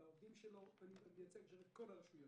לעובדים שלו ואני מייצג עכשיו את כל הרשויות.